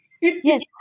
Yes